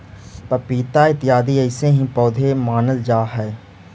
पपीता इत्यादि ऐसे ही पौधे मानल जा हई